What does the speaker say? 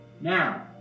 Now